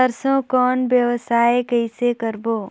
सरसो कौन व्यवसाय कइसे करबो?